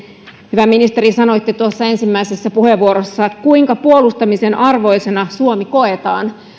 hyvä ministeri sanoitte tuossa ensimmäisessä puheenvuorossa kuinka puolustamisen arvoisena suomi koetaan